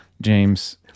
James